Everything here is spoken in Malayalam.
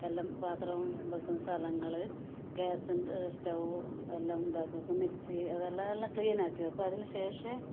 എല്ലാം പാത്രം വയ്ക്കുന്ന സ്ഥലങ്ങൾ ഗ്യാസിൻ്റെ സ്റ്റവും എല്ലാം ഇതാക്കി വയ്ക്കും മിക്സി അത് എല്ലാം എല്ലാം ക്ലീൻ ആക്കി വയ്ക്കും അതിന് ശേഷമേ